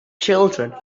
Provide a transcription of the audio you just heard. children